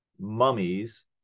mummies